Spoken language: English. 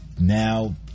now